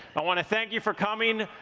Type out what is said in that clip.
i wanna thank you for coming,